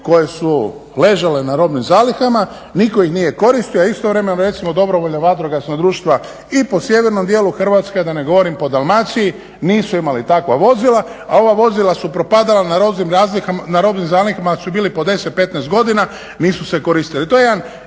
koje su ležale na robnim zalihama, nitko ih nije koristio, a istovremeno recimo dobrovoljna vatrogasna društva i po sjevernom dijelu Hrvatske, a da ne govorim po Dalmaciji nisu imali takva vozila, a ova vozila su propadala na robnim zalihama su bili po 10-15 godina, nisu se koristili.